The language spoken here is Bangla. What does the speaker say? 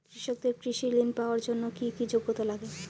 কৃষকদের কৃষি ঋণ পাওয়ার জন্য কী কী যোগ্যতা লাগে?